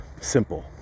simple